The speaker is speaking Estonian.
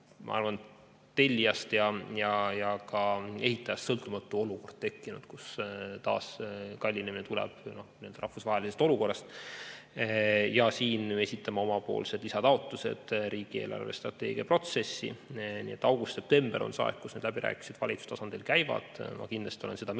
ma arvan, tellijast ja ka ehitajast sõltumatu olukord tekkinud, kus taas kallinemine tuleneb rahvusvahelisest olukorrast. Ja siin esitame oma lisataotlused riigi eelarvestrateegia protsessi. August-september on see aeg, kui need läbirääkimised valitsuse tasandil käivad. Ma kindlasti olen seda